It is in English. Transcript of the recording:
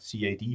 CAD